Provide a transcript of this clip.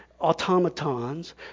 automatons